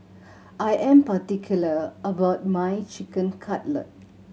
I am particular about my Chicken Cutlet